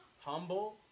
humble